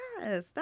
yes